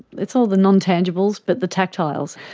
it's all the non-tangibles but the tactiles,